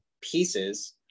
pieces